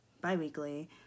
bi-weekly